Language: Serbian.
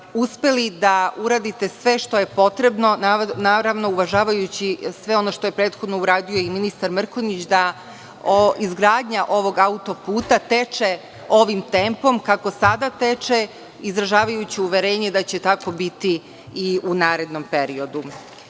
uspeli da uradite sve što je potrebno, naravno uvažavajući sve ono što je prethodno uradio i ministar Mrkonjić, da izgradnja ovog autoputa teče ovim tempom, kako sada teče, izražavajući uverenje da će tako biti i u narednom periodu. Potpuno